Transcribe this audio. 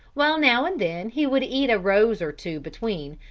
while now and then he would eat a rose or two between,